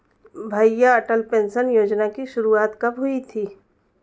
भैया अटल पेंशन योजना की शुरुआत कब हुई थी?